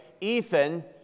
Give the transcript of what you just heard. Ethan